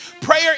prayer